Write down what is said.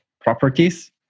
properties